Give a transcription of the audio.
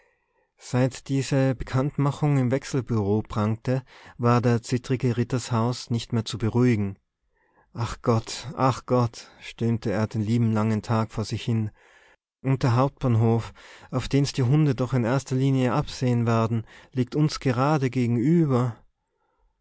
seit diese bekanntmachung im wechselbureau prangte war der zittrige rittershaus nicht mehr zu beruhigen ach gott ach gott stöhnte er den lieben langen tag vor sich hin und der hauptbahnhof auf den's die hunde doch in erster linie absehen werden liegt uns gerade gegenüber